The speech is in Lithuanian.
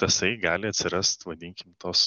tasai gali atsirast vadinkim tos